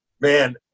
man